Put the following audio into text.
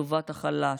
לטובת החלש,